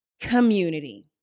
community